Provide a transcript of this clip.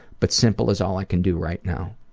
but simple is all i can do right now.